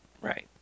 Right